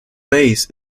base